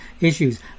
issues